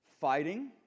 fighting